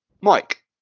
mike